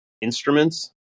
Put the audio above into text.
instruments